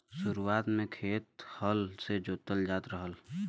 शुरुआत में खेत हल से जोतल जात रहल